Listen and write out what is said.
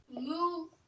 Move